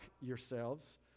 yourselves